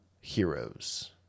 heroes